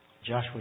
Joshua